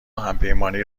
همپیمانی